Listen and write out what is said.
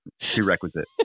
prerequisite